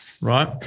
right